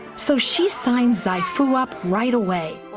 so she signed zai fu up right away.